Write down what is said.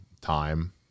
time